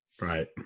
Right